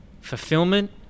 fulfillment